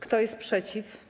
Kto jest przeciw?